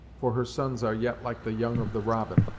for her sons are yet like the young of the robin,